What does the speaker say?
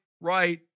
right